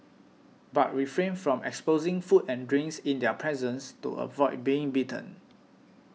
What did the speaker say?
but refrain from exposing food and drinks in their presence to avoid being bitten